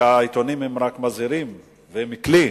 העיתונים רק מזהירים והם כלי,